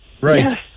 Right